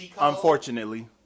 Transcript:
Unfortunately